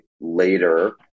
later